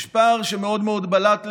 יש פער שמאוד מאוד בלט לי,